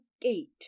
gate